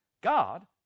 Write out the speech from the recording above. god